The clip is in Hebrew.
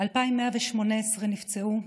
2,118 נפצעו,